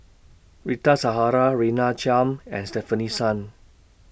Rita Zahara Chiam and Stefanie Sun